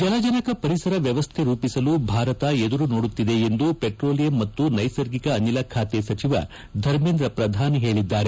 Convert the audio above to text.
ಜಲಜನಕ ಪರಿಸರ ವ್ಯವಸ್ಥೆ ರೂಪಿಸುವತ್ತ ಭಾರತ ಎದುರು ನೋಡುತ್ತಿದೆ ಎಂದು ವೆಟ್ರೋಲಿಯಂ ಮತ್ತು ನೈಸರ್ಗಿಕ ಅನಿಲ ಖಾತೆ ಸಚಿವ ಧರ್ಮೇಂದ್ರ ಪ್ರಧಾನ್ ಹೇಳಿದ್ದಾರೆ